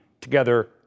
together